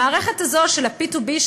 המערכת הזאת של ה-P2P,